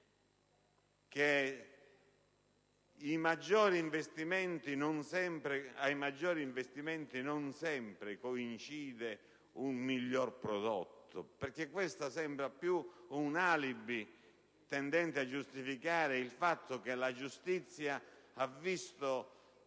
che ai maggiori investimenti non sempre coincide un miglior prodotto, perché questo sembra più un alibi tendente a giustificare il fatto che la giustizia ha visto